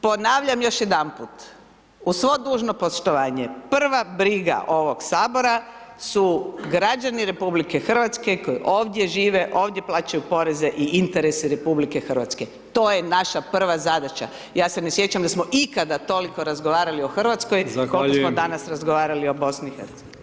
Ponavljam još jedanput, uz svo dužno poštovanje, prva briga ovog sabora su građani RH koji ovdje žive, ovdje plaćaju poreze i interese RH, to je naša prva zadaća, ja se ne sjećam da smo ikada toliko razgovarali o Hrvatskoj [[Upadica: Zahvaljujem.]] koliko smo danas o BiH.